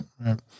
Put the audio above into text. right